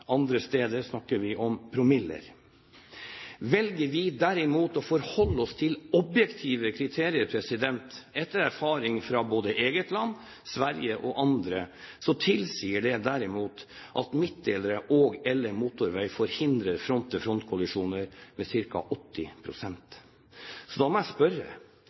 Andre steder snakker vi om promiller. Velger vi derimot å forholde oss til objektive kriterier etter erfaring fra både eget land, Sverige og andre land, tilsier de derimot at midtdelere og/eller motorvei forhindrer front mot front-kollisjoner med ca. 80 pst. Da må jeg spørre: